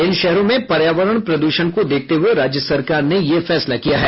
इन शहरों में पर्यावरण प्रदूषण को देखते हुए राज्य सरकार ने ये फैसला किया है